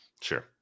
Sure